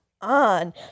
on